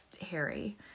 Harry